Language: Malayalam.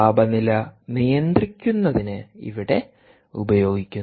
താപനില നിയന്ത്രിക്കുന്നതിന് ഇവിടെ ഉപയോഗിക്കുന്നു